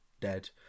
dead